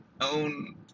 own